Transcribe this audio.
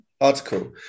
article